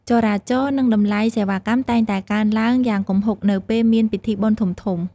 ចរាចរណ៍នឹងតម្លៃសេវាកម្មតែងតែកើនឡើងយ៉ាងគំហុកនៅពេលមានពិធីបុណ្យធំៗ។